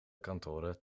kantoren